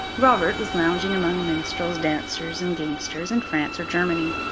robert was lounging among minstrels, dancers, and gamesters, in france or germany.